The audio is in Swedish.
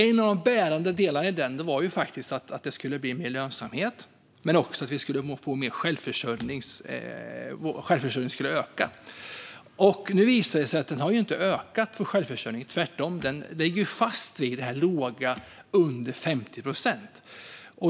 En av de bärande delarna i den var faktiskt att det skulle bli mer lönsamhet, men också att självförsörjningen skulle öka. Nu visar det sig att självförsörjningen inte har ökat, tvärtom. Den ligger fast vid låga under 50 procent.